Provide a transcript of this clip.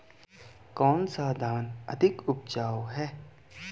कौन सा धान अधिक उपजाऊ है?